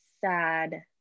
sad